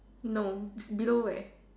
no below where